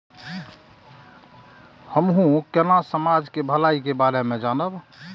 हमू केना समाज के भलाई के बारे में जानब?